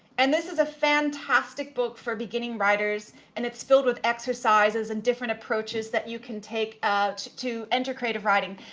and this is a fantastic book for beginning writers and it's filled with exercises and different approaches that you can take um into creative writing.